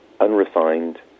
unrefined